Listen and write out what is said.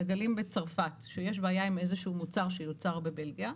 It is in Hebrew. מגלים בצרפת שיש בעיה עם איזה שהוא מוצר שיוצר בבלגיה,